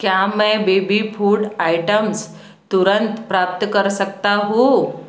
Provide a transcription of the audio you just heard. क्या मैं baby food items तुरंत प्राप्त कर सकता हूँ